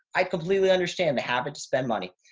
i completely understand the habit to spend money.